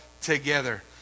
together